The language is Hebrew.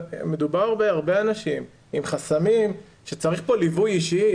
מדובר בהרבה אנשים עם חסמים שצריך פה ליווי אישי,